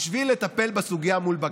בשביל לטפל בסוגיה מול בג"ץ.